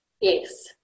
Yes